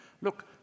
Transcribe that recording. Look